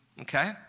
Okay